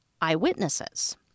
Eyewitnesses